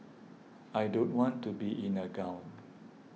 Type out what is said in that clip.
I don't want to be in a gown